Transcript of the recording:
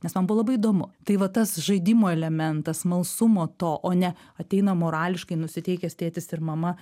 nes man buvo labai įdomu tai va tas žaidimo elementas smalsumo to o ne ateina morališkai nusiteikęs tėtis ir mama